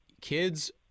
kids